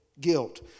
guilt